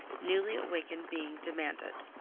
newly awakened being demanded.